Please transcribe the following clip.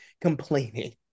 complaining